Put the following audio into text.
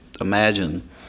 imagine